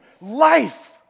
life